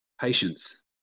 patience